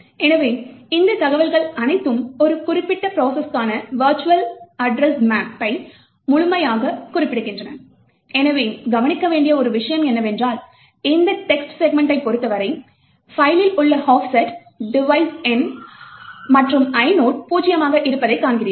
எனவே இந்த தகவல்கள் அனைத்தும் ஒரு குறிப்பிட்ட ப்ரோசஸர்க்கான வெர்ச்சுவல் அட்ரஸ் மேப்பை முழுவதுமாக குறிப்பிடுகின்றன எனவே கவனிக்க வேண்டிய ஒரு விஷயம் என்னவென்றால் இந்த text செக்மென்ட்டைப் பொறுத்தவரை பைலில் உள்ள ஆஃப்செட் டிவைஸ் எண் மற்றும் ஐனோட் பூஜ்ஜியமாக இருப்பதைக் காண்கிறோம்